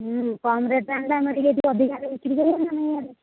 ହଁ କମ୍ ରେଟ୍ରେ ଆଣିଲେ ହେଲେ ଆମେ ଟିକେ ଏଠି ଅଧିକା ରେଟ୍ରେ ବିକ୍ରି କରିବାନା ଆମ